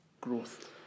growth